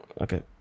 okay